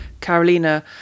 Carolina